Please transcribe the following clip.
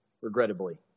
regrettably